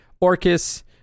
Orcus